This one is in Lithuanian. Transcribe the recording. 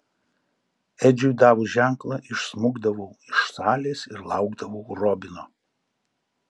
edžiui davus ženklą išsmukdavau iš salės ir laukdavau robino